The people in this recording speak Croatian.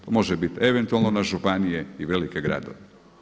To može bit eventualno na županije i velike gradove.